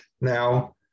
now